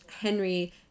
Henry